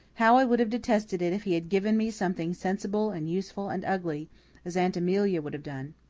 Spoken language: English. how i would have detested it if he had given me something sensible and useful and ugly as aunt emilia would have done.